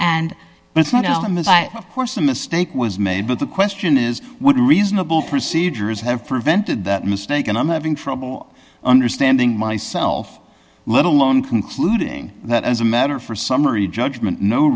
that of course a mistake was made but the question is what reasonable procedures have prevented that mistake and i'm having trouble understanding myself let alone concluding that as a matter for summary judgment no